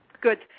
Good